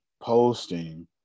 posting